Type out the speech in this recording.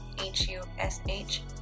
H-U-S-H